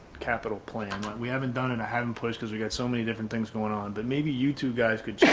capital plan. we haven't done and i haven't pushed cause we got so many different things going on. but maybe you two guys could you